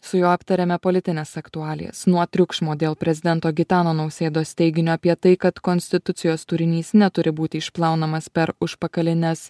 su juo aptarėme politines aktualijas nuo triukšmo dėl prezidento gitano nausėdos teiginio apie tai kad konstitucijos turinys neturi būti išplaunamas per užpakalines